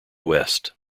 west